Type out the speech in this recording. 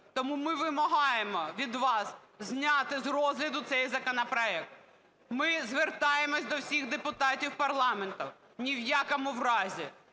Тому ми вимагаємо від вас зняти з розгляду цей законопроект. Ми звертаємось до всіх депутатів парламенту: ні в якому разі